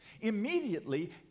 Immediately